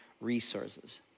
resources